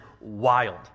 wild